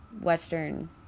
Western